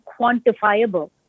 quantifiable